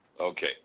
Okay